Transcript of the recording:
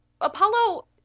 Apollo